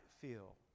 feel